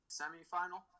semifinal